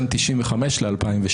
בין 1995 ל-2016.